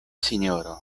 sinjoro